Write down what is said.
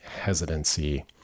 hesitancy